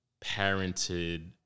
parented